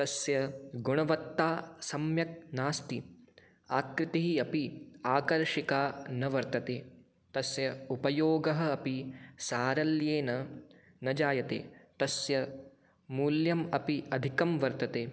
तस्य गुणवत्ता सम्यक् नास्ति आकृतिः अपि आकर्षिका न वर्तते तस्य उपयोगः अपि सारल्येन न जायते तस्य मूल्यम् अपि अधिकं वर्तते